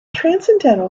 transcendental